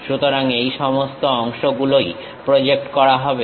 সুতরাং এই সমস্ত অংশগুলোই প্রজেক্ট করা হবে